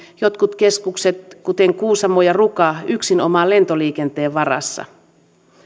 jotkut keskukset kuten kuusamo ja ruka ovat pitkälti yksinomaan lentoliikenteen varassa